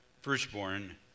firstborn